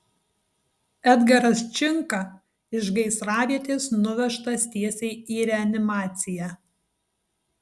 edgaras činka iš gaisravietės nuvežtas tiesiai į reanimaciją